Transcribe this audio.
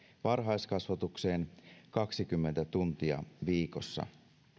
varhaiskasvatukseen kaksikymmentä tuntia viikossa